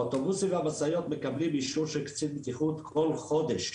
האוטובוסים והמשאיות מקבלים אישור של קצין בטיחות כל חודש.